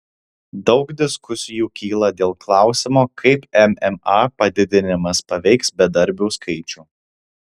daug diskusijų kyla dėl klausimo kaip mma padidinimas paveiks bedarbių skaičių